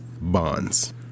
bonds